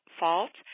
fault